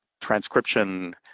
transcription